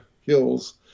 Hills